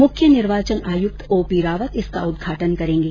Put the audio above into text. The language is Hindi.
मुख्य निर्वाचन आयुक्त ओ पी रावत इसका उद्घाटन करेंगे